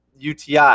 UTI